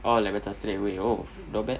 oh like macam straight away not bad